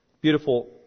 Beautiful